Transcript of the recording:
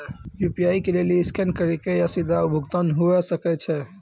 UPI के लेली scan करि के या सीधा भुगतान हुये सकै छै